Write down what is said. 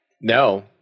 No